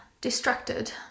distracted